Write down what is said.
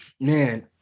man